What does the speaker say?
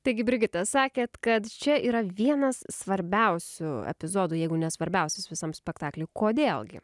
taigi brigita sakėt kad čia yra vienas svarbiausių epizodų jeigu ne svarbiausias visam spektakly kodėl gi